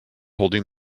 holding